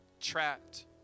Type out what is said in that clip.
trapped